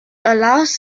allows